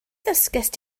ddysgaist